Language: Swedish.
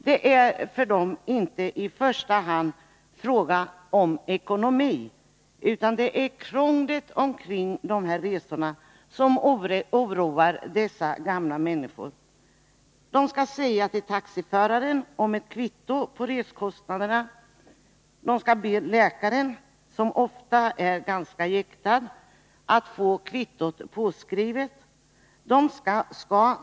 Det är för dem inte i första hand fråga om ekonomin, utan det är krånglet kring resan som oroar dessa gamla människor. De skall säga till taxiföraren om ett kvitto på reskostnaderna. De skall be läkaren, som ofta är ganska jäktad, att få kvittot påskrivet.